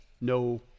no